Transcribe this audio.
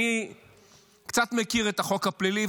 אני קצת מכיר את החוק הפלילי,